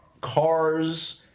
cars